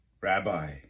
rabbi